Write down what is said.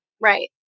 Right